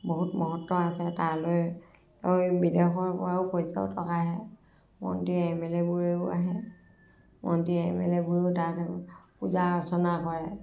বহুত মহত্ব আছে তালৈ ঐ বিদেশৰ পৰাও পৰ্যটক আহে মন্ত্ৰী এম এল এবোৰেও আহে মন্ত্ৰী এম এল এবোও তাত পূজা অৰ্চনা কৰে